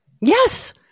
Yes